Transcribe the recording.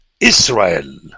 Israel